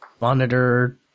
monitor